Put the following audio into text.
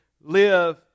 live